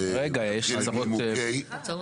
ולנימוקי ההסתייגויות.